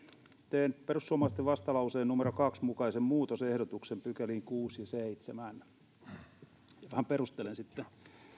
teen perussuomalaisten vastalauseen numero kahden mukaisen muutosehdotuksen pykäliin kuusi ja seitsemän ja vähän perustelen sitten